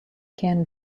can